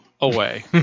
Away